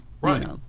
Right